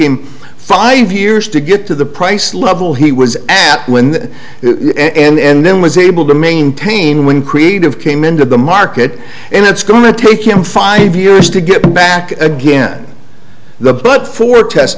him five years to get to the price level he was asked when that and then was able to maintain when creative came into the market and it's going to take him five years to get back again the but for test